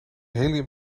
helium